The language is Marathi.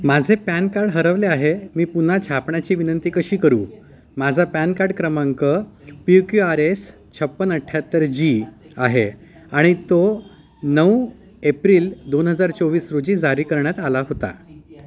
माझे पॅन कार्ड हरवले आहे मी पुन्हा छापण्याची विनंती कशी करू माझा पॅन कार्ड क्रमांक पी क्यू आर एस छप्पन्न अठ्ठ्याहत्तर जी आहे आणि तो नऊ एप्रिल दोन हजार चोवीस रोजी जारी करण्यात आला होता